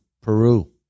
Peru